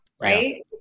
right